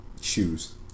shoes